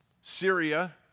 Syria